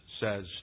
says